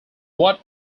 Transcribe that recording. what